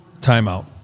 Timeout